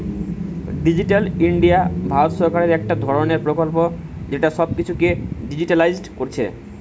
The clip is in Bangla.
ডিজিটাল ইন্ডিয়া ভারত সরকারের একটা ধরণের প্রকল্প যেটা সব কিছুকে ডিজিটালিসড কোরছে